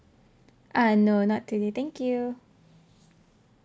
ah not today thank you